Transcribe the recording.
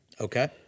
Okay